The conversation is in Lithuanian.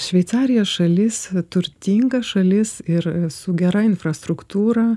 šveicarija šalis turtinga šalis ir su gera infrastruktūra